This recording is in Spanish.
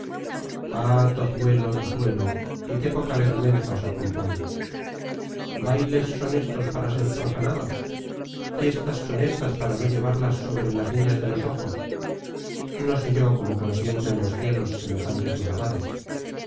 ah tozuelo tozuelo y qué de poca vergüenza os acompaña bailes son éstos para ser profanados fiestas son éstas para no llevarlas sobre las niñas de los ojos no sé yo cómo consienten los cielos semejantes maldades